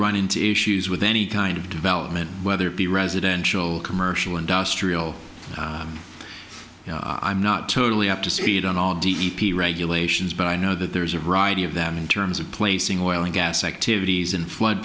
run into issues with any kind of development whether it be residential commercial industrial i'm not totally up to speed on all d p regulations but i know that there's a variety of them in terms of placing oil and gas activities in flood